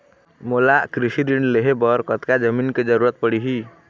मोला कृषि ऋण लहे बर कतका जमीन के जरूरत पड़ही?